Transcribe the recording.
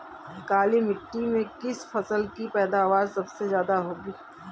काली मिट्टी में किस फसल की पैदावार सबसे ज्यादा होगी?